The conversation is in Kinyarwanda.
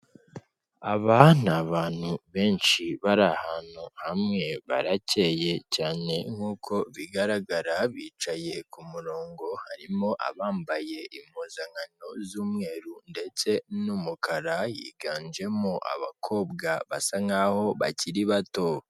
Aba ni abantu benshi bari ahantu hamwe. Barakeye cyane nk'uko bigaragara. Bicaye ku murongo. Harimo abambaye impuzankano z'umweru ndetse n'umukara. Higanjemo abakobwa basa nkaho bakiri bato.